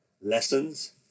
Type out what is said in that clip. lessons